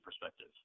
perspective